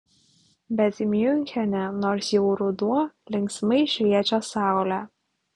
bet miunchene nors jau ruduo linksmai šviečia saulė